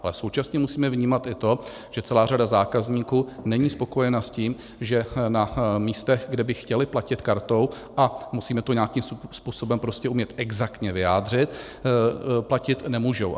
Ale současně musíme vnímat i to, že celá řada zákazníků není spokojena s tím, že na místech, kde by chtěli platit kartou, a musíme to nějakým způsobem prostě umět exaktně vyjádřit, platit nemůžou.